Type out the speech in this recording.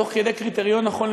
תוך כדי קריטריון נכון,